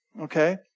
okay